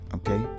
Okay